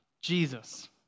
Jesus